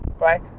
right